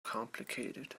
complicated